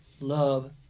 love